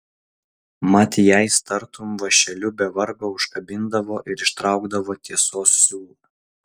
mat jais tartum vąšeliu be vargo užkabindavo ir ištraukdavo tiesos siūlą